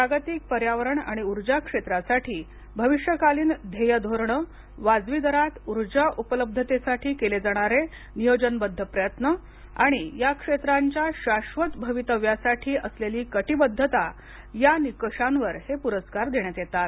जागतिक पर्यावरण आणि ऊर्जा क्षेत्रासाठी भविष्यकालीन ध्येयधोरणं वाजवी दरात ऊर्जा उपलब्धतेसाठी केले जाणारे नियोजनबद्ध प्रयत्न आणि या क्षेत्रांच्या शाश्वत भवितव्यासाठी असलेली कटीबद्धता या निकषांवर हे पुरस्कार देण्यात येतात